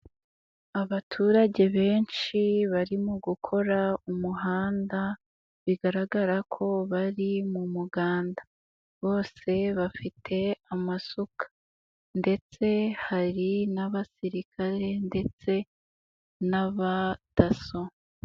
Abaturage benshi barimo gukora umuhanda, bigaragara ko bari mu muganda. Bose bafite amasuka ndetse hari n'abasirikare ndetse n'abadaso.